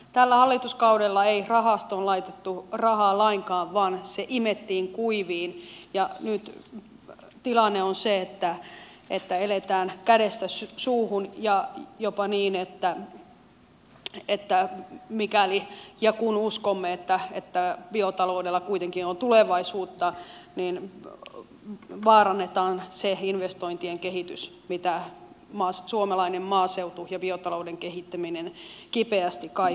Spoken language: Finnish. tällä hallituskaudella ei rahastoon laitettu rahaa lainkaan vaan se imettiin kuiviin ja nyt tilanne on se että eletään kädestä suuhun ja jopa niin että mikäli ja kun uskomme että biotaloudella kuitenkin on tulevaisuutta vaarannetaan se investointien kehitys mitä suomalainen maaseutu ja biotalouden kehittäminen kipeästi kaipaisi